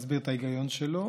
להסביר את ההיגיון שלו.